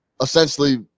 essentially